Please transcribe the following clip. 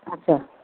ଆଚ୍ଛା